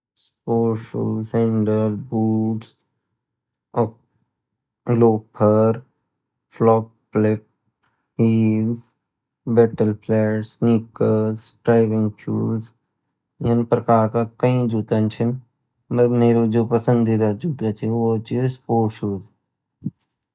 sports shoes ,sandal ,boots ,loafer flop flip ,heels ,ballet flats ,sneakers ,diving shoes यन प्रकार का कई जूता चीन पर मेरु जो पसंदीदा जूता ची वोचि स्पोर्ट्स शूज